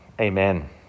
Amen